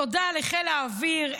תודה לחיל האוויר.